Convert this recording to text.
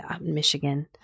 Michigan